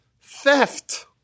theft